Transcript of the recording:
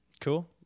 Cool